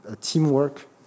teamwork